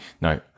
No